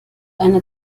eine